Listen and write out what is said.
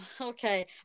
okay